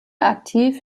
aktiv